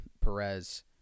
Perez